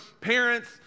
parents